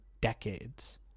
decades